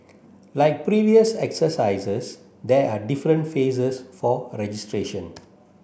like previous exercises there are different phases for registration